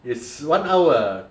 it's one hour